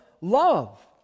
love